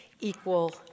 equal